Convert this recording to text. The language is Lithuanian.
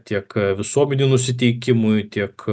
tiek visuomenių nusiteikimui tiek